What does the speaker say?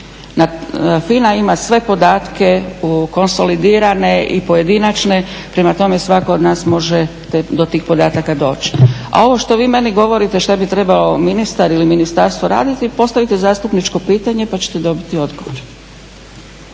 FINA ima sve podatke u konsolidirane i pojedinačne, prema tome svako od nas može do tih podataka doći. A ovo što vi meni govorite što bi trebao ministar ili ministarstvo raditi postavite zastupničko pitanje pa ćete dobiti odgovor.